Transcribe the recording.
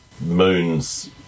moon's